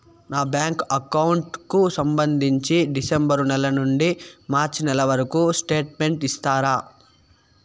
నా bank account కు సంబంధించి డిసెంబరు నెల నుండి మార్చి నెలవరకు స్టేట్మెంట్ ఇస్తారా?